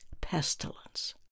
pestilence